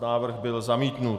Návrh byl zamítnut.